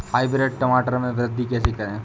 Hybrid टमाटर में वृद्धि कैसे करें?